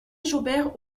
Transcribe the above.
jaubert